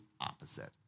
opposite